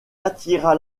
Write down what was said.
attira